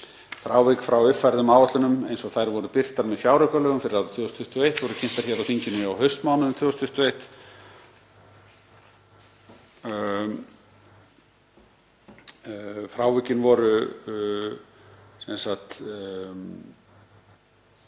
Frávik frá uppfærðum áætlunum eins og þær voru birtar með fjáraukalögum fyrir árið 2021 voru kynntar hér á þinginu á haustmánuðum 2021. Frávikið var jákvætt